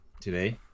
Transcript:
today